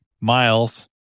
miles